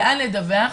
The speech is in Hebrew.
לאן לדווח?